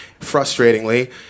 frustratingly